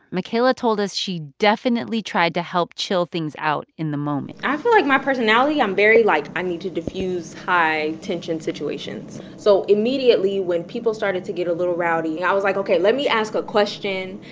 michaela told us she definitely tried to help chill things out in the moment i feel like my personality i'm very like, i need to diffuse high-tension situations. so immediately, when people started to get a little rowdy, i was like, ok, let me ask a question,